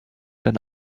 than